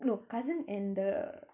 no cousin and the